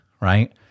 right